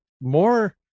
more